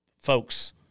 folks